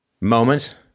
Moment